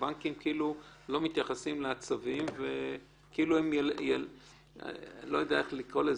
הוא חלק מהארגון וכך הארגון מכשיר את